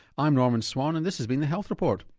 i'm norman swan and this has been the health report.